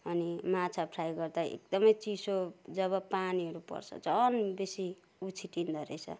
अनि माछा फ्राई गर्दा एकदमै चिसो जब पानीहरू पर्छ झन बेसी उछिट्टिँदा रहेछ